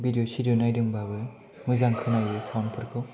भिदिअ नायदोंबाबो मोजां खोनायो साउन्दफोरखौ